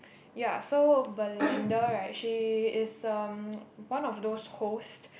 ya so Berlinda right she is um one of those host